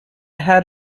had